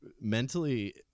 mentally